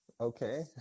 Okay